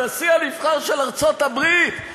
הנשיא הנבחר של ארצות-הברית,